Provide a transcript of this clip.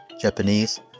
Japanese